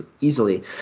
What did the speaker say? easily